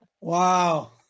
Wow